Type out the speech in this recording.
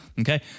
Okay